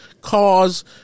cause